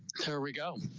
curt there we go.